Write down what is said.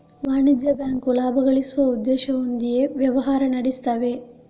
ವಾಣಿಜ್ಯ ಬ್ಯಾಂಕು ಲಾಭ ಗಳಿಸುವ ಉದ್ದೇಶ ಹೊಂದಿಯೇ ವ್ಯವಹಾರ ನಡೆಸ್ತವೆ